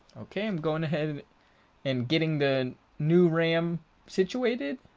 okay i'm going ahead and getting the new ram situated,